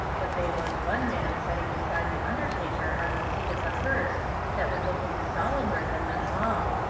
but they was one man setting beside the undertaker on the seat of the hearse that was looking sollumer than them all.